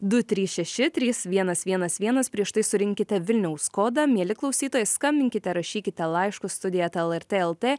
du trys šeši trys vienas vienas vienas prieš tai surinkite vilniaus kodą mieli klausytojai skambinkite rašykite laiškus studija eta lrt lt